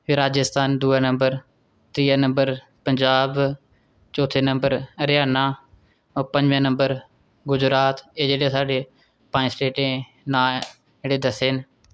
फ्ही राज्यस्थान दूऐ नंबर त्रीयै नंबर पंजाब चौथे नंबर हरियाणा पंजमें नंबर गुजरात एह् जेह्ड़े साढ़े पंज स्टेटें नांऽ जेह्ड़े दस्से न